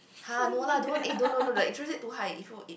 !huh! no lah don't eh don't don't do that actually too high if you if